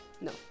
no